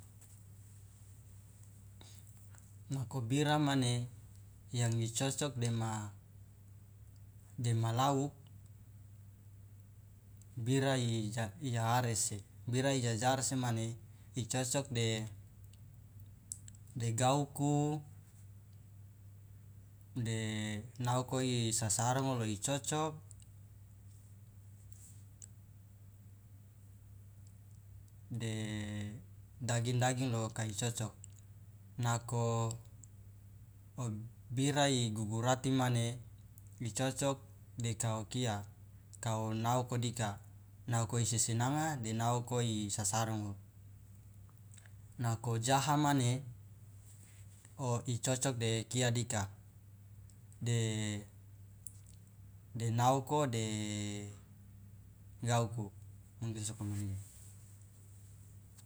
Nako bira mane yang icocok dema dema lauk bira i iaarese bira ijajarese mane icocok de gauku de naoko isasarongo lo icocok de daging daging lo kai cocok nako bira igugurati mane icocok de kaokia kao naoko dika naoko isisinanga de naoko isasarongo nako jaha mane oicocok de kia dika de de naoko de gauku mungkin sokomanege.